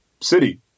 city